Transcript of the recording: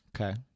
Okay